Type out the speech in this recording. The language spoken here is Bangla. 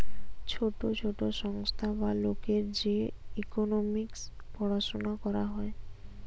ছোট ছোট সংস্থা বা লোকের যে ইকোনোমিক্স পড়াশুনা করা হয়